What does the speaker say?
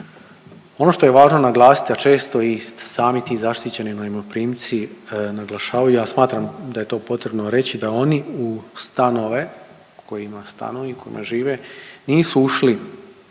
Ono što je važno naglasiti, a često i sami ti zaštićeni najmoprimci naglašavaju, ja smatram da je to potrebno reći, da oni u stanove u kojima, stanove u